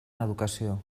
educació